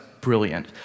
brilliant